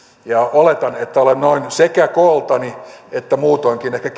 oletan että olen sekä kooltani että noin muutoinkin ehkä